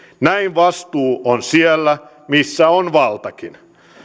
näin vastuu on siellä missä on valtakin